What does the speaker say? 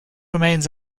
remains